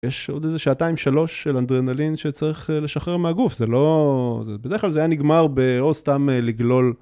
יש עוד איזה שעתיים שלוש של אנדרנלין שצריך לשחרר מהגוף זה לא... בדרך כלל זה היה נגמר או סתם לגלול.